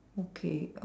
okay